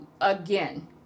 Again